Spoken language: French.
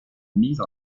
mise